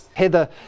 Heather